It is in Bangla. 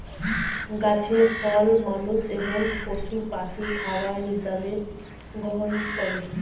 গাছের ফল মানুষ এবং পশু পাখি খাবার হিসাবে গ্রহণ করে